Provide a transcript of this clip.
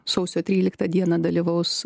sausio tryliktą dieną dalyvaus